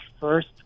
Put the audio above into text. first